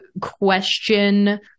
question